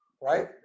right